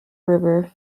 river